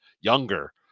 younger